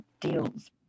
deals